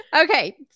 Okay